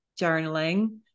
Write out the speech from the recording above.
journaling